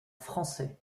français